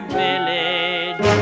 village